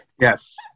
Yes